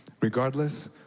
Regardless